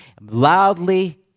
loudly